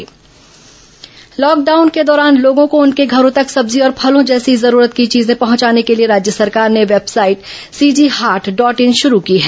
corona फल सब्जी online lockdown के दौरान लोगों को उनके घरों तक सब्जी और फलों जैसे जरूरत की चीजें पहंचाने के लिए राज्य सरकार ने website CG haat dot in शरू की है